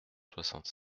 soixante